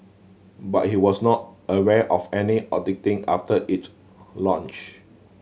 but he was not aware of any auditing after it launched